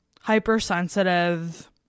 hypersensitive